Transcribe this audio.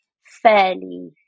fairly